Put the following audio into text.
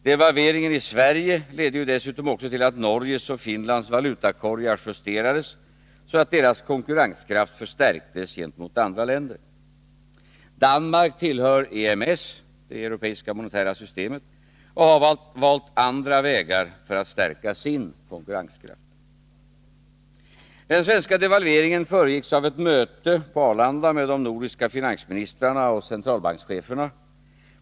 Devalveringen i Sverige ledde ju också till att Norges och Finlands valutakorgar justerades, så att deras konkurrenskraft stärktes gentemot andra länder. Danmark tillhör EMS — det europeiska monetära systemet — och har valt andra vägar för att stärka sin konkurrenskraft. Den svenska devalveringen föregicks av ett möte på Arlanda med de nordiska finansministrarna och centralbankscheferna.